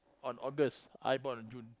on August I bought on June